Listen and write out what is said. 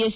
S